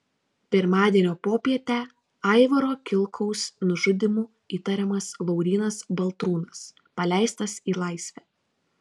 pirmadienio popietę aivaro kilkaus nužudymu įtariamas laurynas baltrūnas paleistas į laisvę